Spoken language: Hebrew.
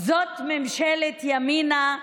זאת ממשלת ימינה.